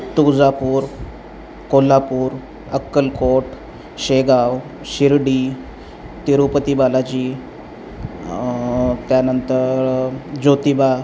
तुळजापूर कोल्हापूर अक्कलकोट शेगाव शिर्डी तिरूपती बालाजी त्यानंतर ज्योतिबा